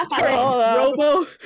Robo